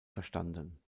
verstanden